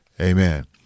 Amen